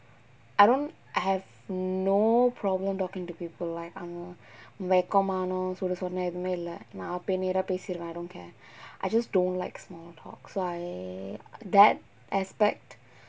I don't I have no problem talking to people like ang moh வெக்கம் மானம் சூடு சொறன எதுவுமே இல்ல நா போயி நேரா பேசிருவேன்:vekkam maanam soodu sorana ethuvumae illa naa poyi neraa paesiruvaen I don't care I just don't like small talk so I that aspect